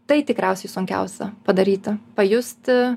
tai tikriausiai sunkiausia padaryti pajusti